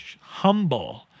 humble